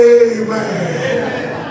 amen